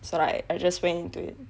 so like I just went into it